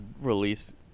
release